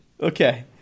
Okay